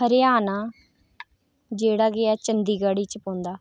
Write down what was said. हरियाणा जेह्ड़ा कि ऐ चंडीगढ़ च पौंदा